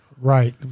Right